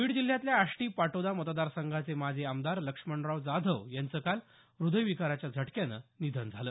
बीड जिल्ह्यातल्या आष्टी पाटोदा मतदारसंघाचे माजी आमदार लक्ष्मणराव जाधव यांचं काल हदयविकाराच्या झटक्यानं निधन झालं